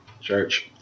church